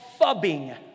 fubbing